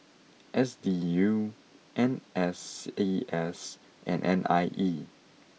S D U N S C S and N I E